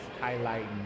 highlighting